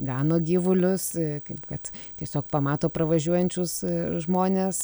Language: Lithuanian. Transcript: gano gyvulius kaip kad tiesiog pamato pravažiuojančius žmones